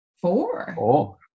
Four